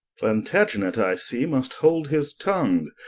plantagenet i see must hold his tongue,